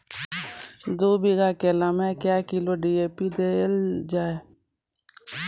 दू बीघा केला मैं क्या किलोग्राम डी.ए.पी देले जाय?